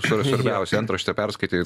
čia yra svarbiausia antraštę perskaitytei